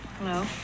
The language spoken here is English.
Hello